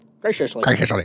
Graciously